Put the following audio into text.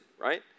right